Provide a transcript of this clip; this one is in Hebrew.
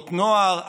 תנועות נוער,